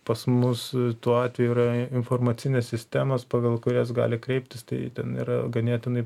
pas mus tuo atveju yra informacinės sistemos pagal kurias gali kreiptis tai ten yra ganėtinai